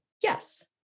yes